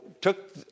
took